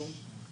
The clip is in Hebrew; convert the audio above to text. אנחנו